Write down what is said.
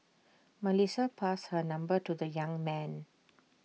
Melissa passed her number to the young man